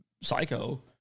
psycho